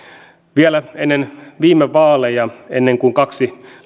vielä ennen viime vaaleja ennen kuin kaksi